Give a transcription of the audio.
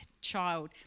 child